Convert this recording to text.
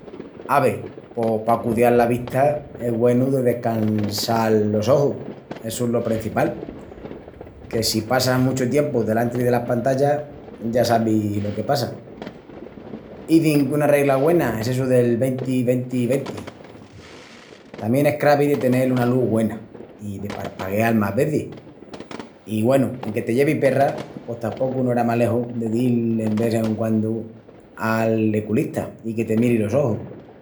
Ave, pos pa cudial la vista es güenu de descansal los ojus, essu es lo prencipal. Que si passas muchu tiempu delantri delas pantallas, ya sabis lo que passa. Izin qu'una regla güena es essu del venti-venti-venti. Tamién es cravi de tenel una lus güena, i de parpagueal más vezis i, güenu, enque te llevi perras, pos tapocu no era maleju de dil en ves en quandu al eculista i que te miri los ojus.